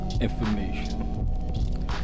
information